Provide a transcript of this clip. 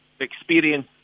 experience